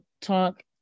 talk